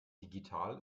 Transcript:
digital